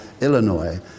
Illinois